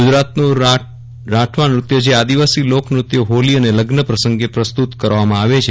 ગુજરાતનું રાઠવા નૃત્ય જે આદિવાસી લોકનૃત્ય હોલી અને લગ્ન પ્રસંગે પ્રસ્તુત કરવામાં આવે છે